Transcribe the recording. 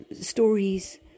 stories